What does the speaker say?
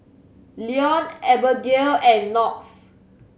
Leone Abagail and Knox